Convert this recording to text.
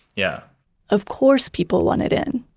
yeah of course, people wanted in.